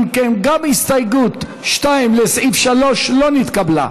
אם כן, גם הסתייגות 2, לסעיף 3, לא נתקבלה.